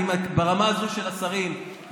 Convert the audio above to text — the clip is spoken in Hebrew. ברמה הזאת של השרים,